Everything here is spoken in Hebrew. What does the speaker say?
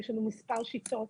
יש לנו מספר שיטות